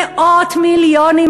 מאות מיליונים,